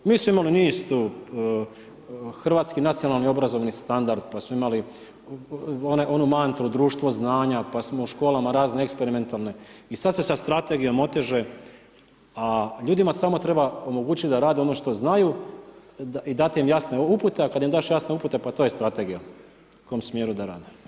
Mislim ono … hrvatski nacionalni obrazovni standard, pa smo imali mantru društvo znanja, pa smo u školama razne eksperimentalne i sada se sa strategijom oteže, a ljudima samo treba omogućiti da rade ono što znaju i dati im jasne upute, a kada im daš jasne upute pa to je strategija u kom smjeru da rade.